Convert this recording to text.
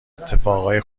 اتفاقای